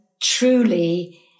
truly